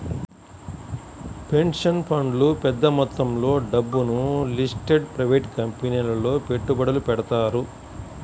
pension ఫండ్లు పెద్ద మొత్తంలో డబ్బును లిస్టెడ్ ప్రైవేట్ కంపెనీలలో పెట్టుబడులు పెడతారు